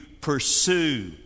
pursue